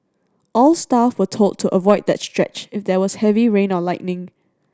all staff were told to avoid that stretch if there was heavy rain or lightning